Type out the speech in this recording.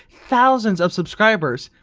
thousands of subscribers,